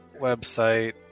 website